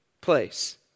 place